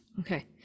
okay